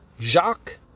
Jacques